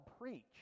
preach